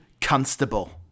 Constable